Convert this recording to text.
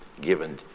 given